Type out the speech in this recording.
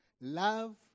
Love